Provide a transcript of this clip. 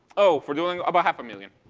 oh. for doing about half a million.